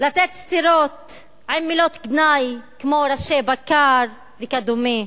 לתת סטירות עם מילות גנאי כמו "ראשי בקר" וכדומה.